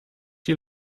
die